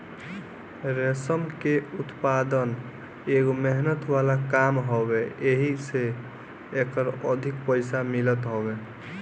रेशम के उत्पदान एगो मेहनत वाला काम हवे एही से एकर अधिक पईसा मिलत हवे